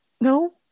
No